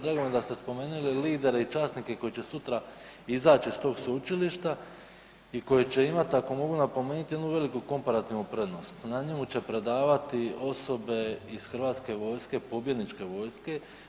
Drago mi je da ste spomenuli lidere i časnike koji će sutra izaći iz tog sveučilišta i koji će imati ako mogu napomenuti jednu veliku komparativnu prednost, na njemu će predavati osobe iz hrvatske vojske, pobjedničke vojske.